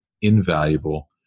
invaluable